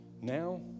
now